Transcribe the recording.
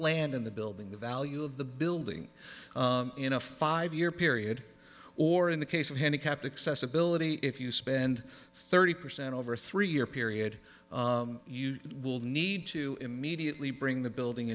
land in the building the value of the building in a five year period or in the case of handicapped accessibility if you spend thirty percent over a three year period you will need to immediately bring the building